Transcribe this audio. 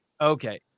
Okay